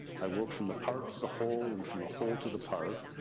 i work from the part to the whole, and from the whole to the part.